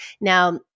Now